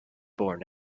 born